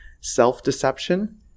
self-deception